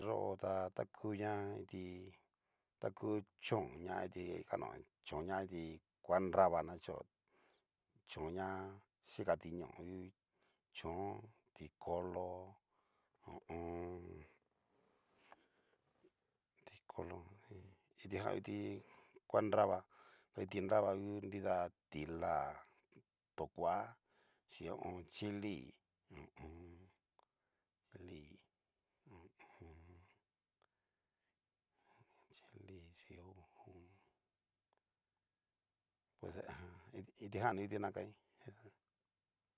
Yó ta ta ku ña kiti ta ku chón ña kiti kanoga vini chón ña kiti kuanrava na kacho, chón ña xikati ñoo, chón tikolo ho o on. tikolo kitijan ngu kiti ngua nrava nru tu kiti nrava ngu nida ti'la, tokoa xhin ho o on. chili ho o on. chili ho o on. ho o chilii xin ho o on. pues ajan kitijani u kiti nakaiin.